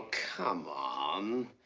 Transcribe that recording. come on.